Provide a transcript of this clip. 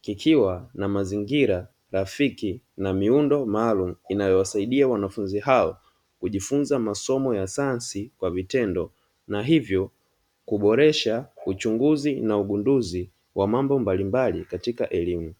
kikiwa na mazingira rafiki na miundo maalumu, inayowasaidia wanafunzi hao kujifunza masomo ya sayansi kwa vitendo, na hivyo kuboresha uchunguzi na ugunduzi wa mambo mbalimbali katika elimu.